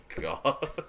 god